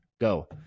go